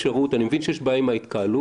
מבין שיש בעיה עם ההתקהלות,